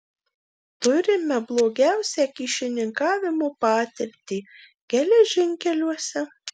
turime blogiausią kyšininkavimo patirtį geležinkeliuose